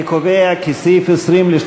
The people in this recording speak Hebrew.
61. אני קובע כי ההסתייגויות של תוכנית